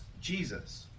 Jesus